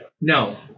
No